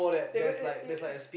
even e~ e~